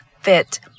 fit